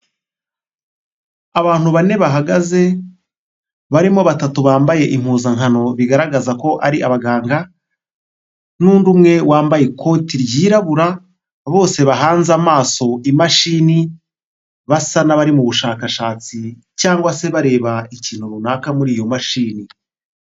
Abantu bane bahagaze; barimo batatu bambaye impuzankano bigaragaza ko ari abaganga n'undi umwe wambaye ikoti ryirabura; bose bahanze amaso imashini basa n'abari mu bushakashatsi cyangwa se bareba ikintu runaka muri iyo mashini.